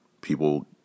People